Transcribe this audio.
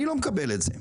אני לא מקבל את זה.